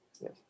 Yes